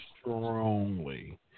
strongly